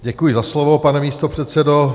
Děkuji za slovo, pane místopředsedo.